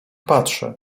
patrzy